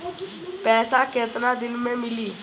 पैसा केतना दिन में मिली?